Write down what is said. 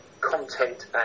content